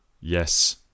yes